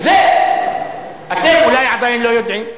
את זה אתם אולי עדיין לא יודעים.